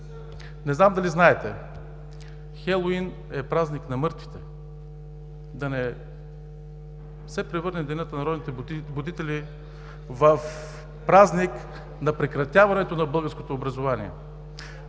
Не знам дали знаете, че Хелоуин е празник на мъртвите, да не се превърне Денят на народните будители в празник на прекратяването на българското образование!?